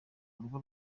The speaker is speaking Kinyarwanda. urugo